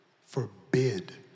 forbid